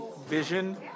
vision